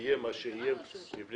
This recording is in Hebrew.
יהיה מה שיהיה --- מה